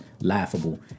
laughable